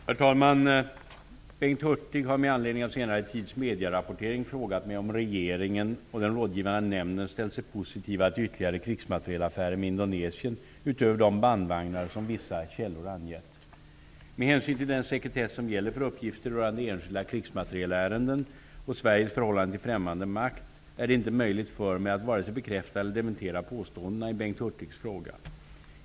Herr talman! Bengt Hurtig har med anledning av senare tids medierapportering frågat mig om regeringen och den rådgivande nämnden ställt sig positiva till ytterligare krigsmaterielaffärer med Indonesien utöver de bandvagnar som vissa källor angett. Med hänsyn till den sekretess som gäller för uppgifter rörande enskilda krigsmaterielärenden och Sveriges förhållande till främmande makt är det inte möjligt för mig att vare sig bekräfta eller dementera påståendena i Bengt Hurtigs fråga.